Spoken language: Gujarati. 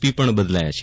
પી પણ બદલાયા છે